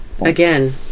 again